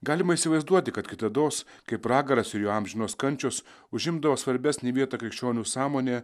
galima įsivaizduoti kad kitados kai pragaras ir jo amžinos kančios užimdavo svarbesnę vietą krikščionių sąmonė